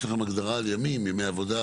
יש לכם הגדרה על ימים, ימי עבודה?